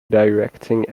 directing